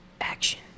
action